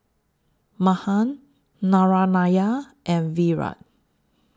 Mahan Narayana and Virat